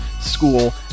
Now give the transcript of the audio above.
school